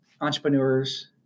entrepreneurs